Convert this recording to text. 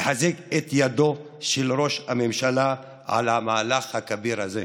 לחזק את ידו של ראש הממשלה על המהלך הכביר הזה.